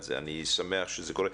אני שמח שזה קורה.